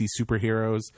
superheroes